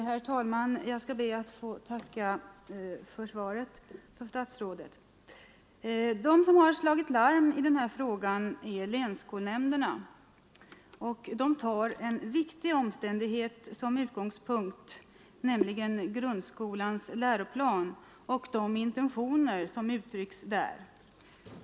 Herr talman! Jag skall be att få tacka statsrådet för svaret. De som har slagit larm i denna fråga är länsskolnämnderna. De tar som utgångspunkt grundskolans läroplan och de intentioner som uttrycks där.